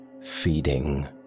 feeding